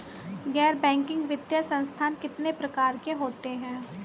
गैर बैंकिंग वित्तीय संस्थान कितने प्रकार के होते हैं?